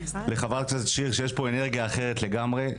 לחה"כ מיכל שיר שיש פה אנרגיה אחרת לגמרי.